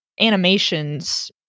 animations